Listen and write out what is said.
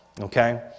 okay